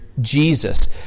Jesus